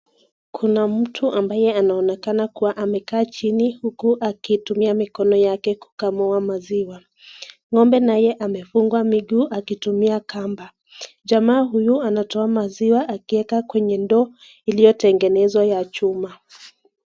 Kuna mtu ambaye anaonekana kua amekaa chini huku akitumia mikono yake kukamua maziwa. Ng'ombe naye amefungwa miguu akitumia kamba. Jamaa huyu anatoa maziwa akieka kwenye ndoo iliyo itengenezwa ya chuma.